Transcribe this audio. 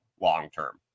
long-term